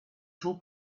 two